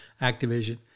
Activision